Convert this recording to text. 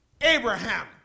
Abraham